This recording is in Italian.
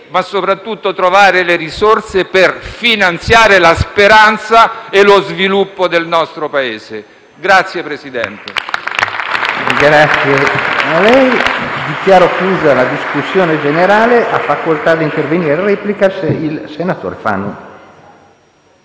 ma soprattutto trovare le risorse per finanziare la speranza e lo sviluppo del nostro Paese. *(Applausi dal Gruppo